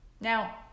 Now